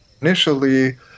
Initially